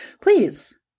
please